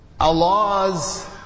Allah's